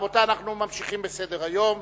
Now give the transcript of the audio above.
רבותי, אנחנו ממשיכים בסדר-היום.